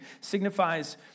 signifies